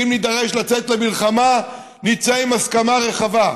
שאם נידרש לצאת למלחמה נצא עם הסכמה רחבה.